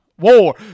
War